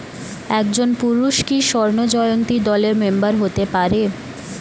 একজন পুরুষ কি স্বর্ণ জয়ন্তী দলের মেম্বার হতে পারে?